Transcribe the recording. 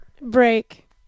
break